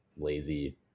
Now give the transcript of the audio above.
lazy